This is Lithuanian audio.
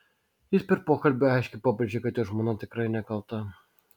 jis per pokalbį aiškiai pabrėžė kad jo žmona tikrai nekalta